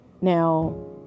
Now